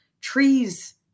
trees